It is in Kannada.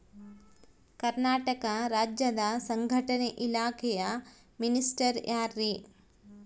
ಕರ್ನಾಟಕ ರಾಜ್ಯದ ಸಂಘಟನೆ ಇಲಾಖೆಯ ಮಿನಿಸ್ಟರ್ ಯಾರ್ರಿ?